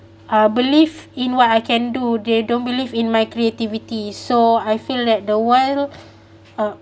uh believe in what I can do they don't believe in my creativity so I feel that the while uh